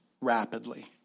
rapidly